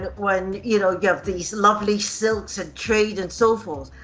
when, you know, you have these lovely silks and trade and so forth.